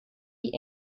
die